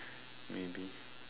maybe